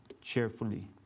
cheerfully